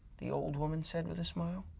the old woman said with a smile.